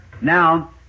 now